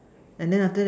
and then after that I